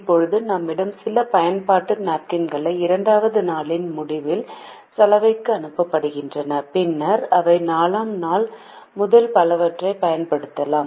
இப்போது நம்மிடம் சில பயன்பாட்டு நாப்கின்கள் இரண்டாவது நாளின் முடிவில் சலவைக்கு அனுப்பப்படுகின்றன பின்னர் அவை 4 ஆம் நாள் முதல் பலவற்றைப் பயன்படுத்தலாம்